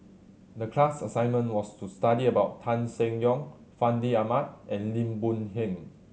the class assignment was to study about Tan Seng Yong Fandi Ahmad and Lim Boon Heng